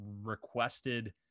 requested